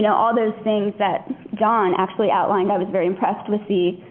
you know all those things that john actually outlined. i was very impressed with the,